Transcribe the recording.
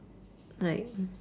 like